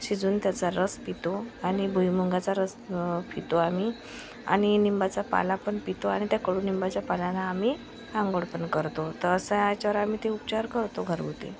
शिजवून त्याचा रस पितो आणि भुईमुगाचा रस पितो आम्ही आणि निंबाचा पाला पण पितो आणि त्या कडूनिंबाच्या पाल्यानं आम्ही आंघोळ पण करतो तर अशा याच्यावर आम्ही ते उपचार करतो घरगुती